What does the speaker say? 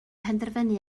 penderfynu